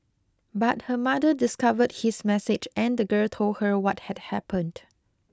but her mother discovered his message and the girl told her what had happened